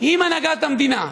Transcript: עם הנהגת המדינה,